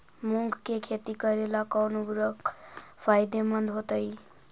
मुंग के खेती करेला कौन उर्वरक फायदेमंद होतइ?